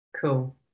Cool